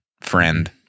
friend